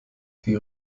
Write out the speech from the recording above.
die